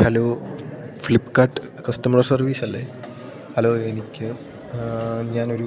hello Flipkart customer സർവീസല്ലേ hello എനിക്ക് ഞാനൊരു